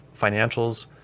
financials